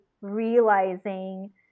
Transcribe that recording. realizing